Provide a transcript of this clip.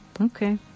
Okay